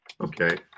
okay